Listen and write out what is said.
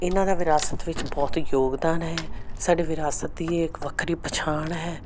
ਇਹਨਾਂ ਦਾ ਵਿਰਾਸਤ ਵਿੱਚ ਬਹੁਤ ਹੀ ਯੋਗਦਾਨ ਹੈ ਸਾਡੇ ਵਿਰਾਸਤ ਦੀ ਇਹ ਇੱਕ ਵੱਖਰੀ ਪਛਾਣ ਹੈ